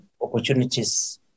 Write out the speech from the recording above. opportunities